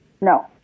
No